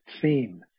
theme